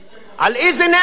על איזה נטל?